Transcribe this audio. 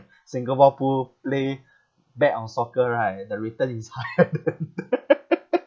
singapore pool play bet on soccer right the return is higher than that